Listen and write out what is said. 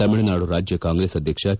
ತಮಿಳುನಾಡು ರಾಜ್ಯ ಕಾಂಗ್ರೆಸ್ ಅಧ್ಯಕ್ಷ ಕೆ